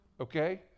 okay